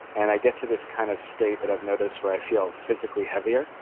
and i get to this kind of state that i've noticed where i feel physically heavier,